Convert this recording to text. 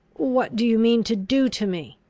what do you mean to do to me?